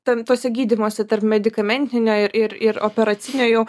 ten tuose gydymuosi tarp medikamentinio ir ir ir operacinio jau